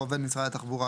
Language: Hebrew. עובד המשרד הממשלתי,